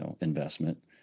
investment